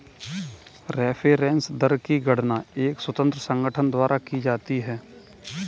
reference दर की गणना एक स्वतंत्र संगठन द्वारा की जाती है